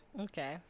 okay